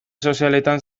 sozialetan